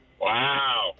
Wow